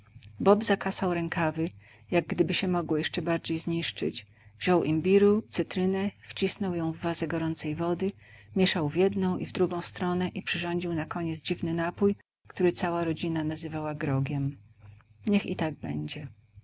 bob zakasał rękawy jak gdyby się mogły jeszcze bardziej zniszczyć wziął imbiru cytrynę wcisnął ją w wazę gorącej wody mieszał w jedną i w drugą stronę i przyrządził nakoniec dziwny napój który cała rodzina nazywała grogiem niech i tak będzie